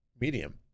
medium